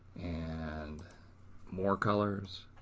and more colors.